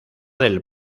del